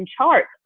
charts